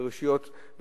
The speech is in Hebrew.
ברשויות,